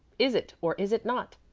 is it, or is it not?